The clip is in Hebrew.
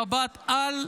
במבט-על,